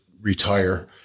retire